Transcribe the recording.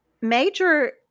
Major